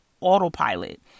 autopilot